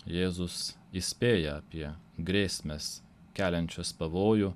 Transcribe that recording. jėzus įspėja apie grėsmes keliančias pavojų